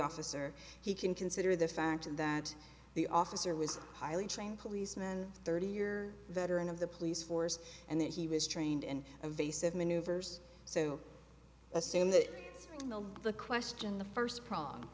officer he can consider the fact that the officer was highly trained policeman thirty year veteran of the police force and that he was trained in a vase of maneuvers so i assume that the question the first pro